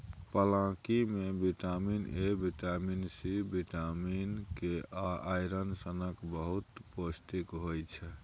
पलांकी मे vitamin A, vitamin C, vitamin K आ आइरन सनक बहुत पौष्टिक होइ छै